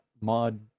mod